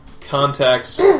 contacts